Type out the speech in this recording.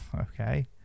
Okay